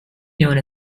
known